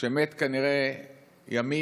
שמת כנראה ימים,